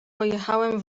pojechałem